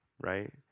right